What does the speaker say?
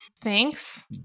Thanks